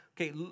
Okay